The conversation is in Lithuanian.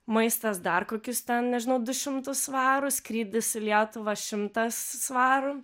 maistas dar kokius ten nežinau du šimtus svarų skrydis į lietuvą šimtas svarų